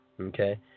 Okay